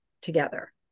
together